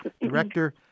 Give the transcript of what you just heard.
director